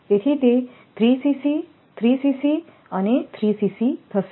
તેથી તે 3 3 અને3 થશે